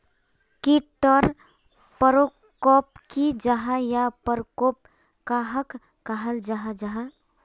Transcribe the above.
कीट टर परकोप की जाहा या परकोप कहाक कहाल जाहा जाहा?